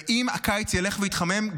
ואם הקיץ ילך ויתחמם,